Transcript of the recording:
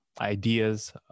ideas